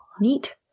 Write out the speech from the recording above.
Neat